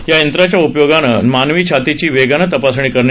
या यंत्राच्या उपयोगानं मानवी छातीची वेगानं तपासणी करता येते